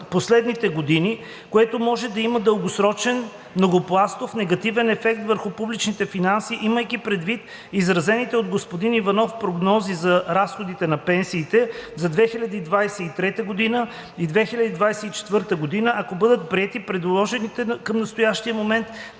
последните години, което може да има дългосрочен многопластов негативен ефект върху публичните финанси, имайки предвид изразените от господин Иванов прогнози за разходите за пенсии за 2023 г. и 2024 г., ако бъдат приети предложените към настоящия момент